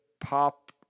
pop